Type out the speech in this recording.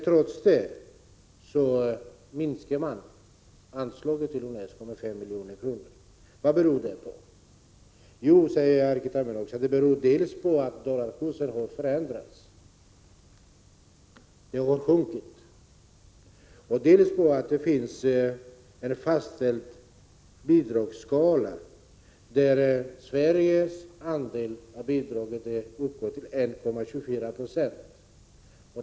Trots det minskar man anslaget till UNESCO med 5 milj.kr. Vad beror det på? Jo, säger Erkki Tammenoksa, det beror dels på att dollarkursen har förändrats, att dollarns värde har sjunkit, dels på att det finns en fastställd bidragsskala, enligt vilken Sveriges andel uppgår till 1,24 96.